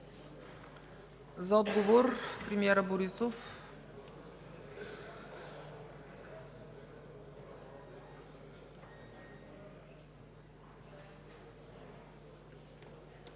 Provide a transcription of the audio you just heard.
За отговор – премиерът Борисов.